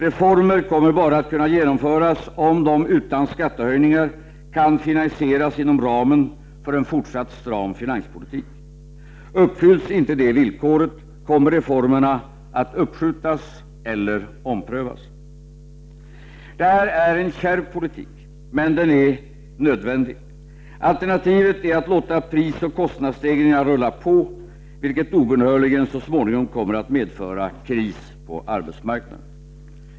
Reformer kommer bara att kunna genomföras om de, utan skattehöjningar, kan finansieras inom ramen för en fortsatt stram finanspolitik. Uppfylls inte det villkoret, kommer reformerna att uppskjutas eller omprövas. Det här är en kärv politik. Men den är nödvändig. Alternativet är att låta prisoch kostnadsstegringarna rulla på — vilket obönhörligen så småningom kommer att medföra kris på arbetsmarknaden.